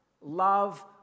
love